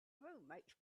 roommate’s